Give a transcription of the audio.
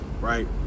right